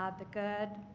ah the good,